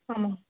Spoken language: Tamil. ஆமாம்